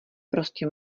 prostě